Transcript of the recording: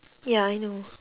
ya I know